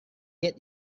yet